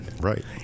right